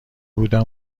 بودم